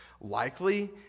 Likely